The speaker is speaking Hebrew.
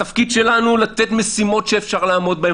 התפקיד שלנו לתת משימות שאפשר לעמוד בהן,